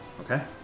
Okay